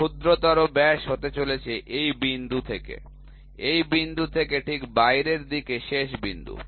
ক্ষুদ্রতর ব্যাস হতে চলেছে এই বিন্দু থেকে এই বিন্দু থেকে ঠিক বাইরের দিকে শেষ বিন্দু